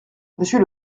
monsieur